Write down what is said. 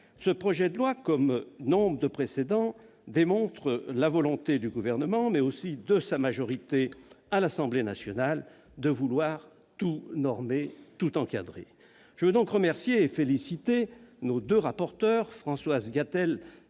Ce projet de loi, comme nombre de textes précédents, démontre la volonté du Gouvernement, mais aussi de sa majorité à l'Assemblée nationale, de tout normer et de tout encadrer. Je veux donc remercier et féliciter nos deux rapporteurs, Françoise Gatel